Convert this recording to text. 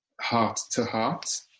heart-to-heart